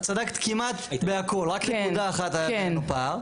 את צדקת כמעט בכל, רק נקודה אחת היה בינינו פער.